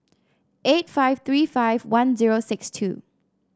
eight five three five one zero six two